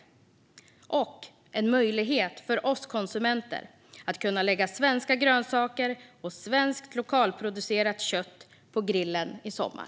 Den ska också bli en möjlighet för oss konsumenter för att vi ska kunna lägga svenska grönsaker och svenskt lokalproducerat kött på grillen i sommar.